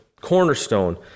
cornerstone